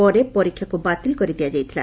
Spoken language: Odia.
ପରେ ପରୀକ୍ଷାକୁ ବାତିଲ କରି ଦିଆଯାଇଥିଲା